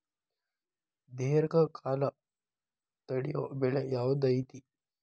ದೇರ್ಘಕಾಲ ತಡಿಯೋ ಬೆಳೆ ಯಾವ್ದು ಐತಿ?